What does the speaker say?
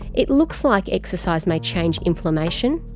it looks like exercise may change inflammation,